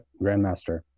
grandmaster